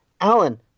Alan